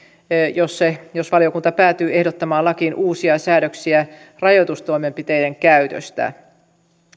jos valiokunta päätyy ehdottamaan lakiin uusia säädöksiä rajoitustoimenpiteiden käytöstä